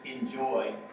enjoy